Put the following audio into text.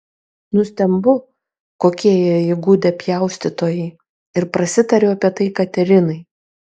nustembu kokie jie įgudę pjaustytojai ir prasitariu apie tai katerinai